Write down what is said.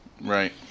Right